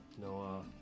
No